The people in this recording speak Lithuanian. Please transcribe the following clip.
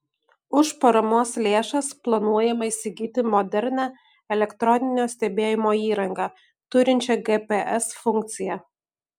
už paramos lėšas planuojama įsigyti modernią elektroninio stebėjimo įrangą turinčią gps funkciją